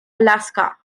alaska